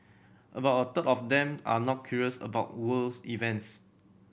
about a third of them are not curious about worlds events